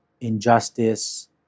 injustice